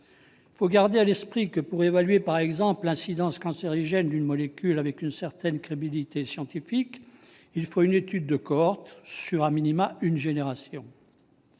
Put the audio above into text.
Il faut garder à l'esprit que, pour évaluer par exemple l'incidence cancérigène d'une molécule avec une certaine crédibilité scientifique, il faut une étude de cohorte, menée sur une génération.